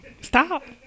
stop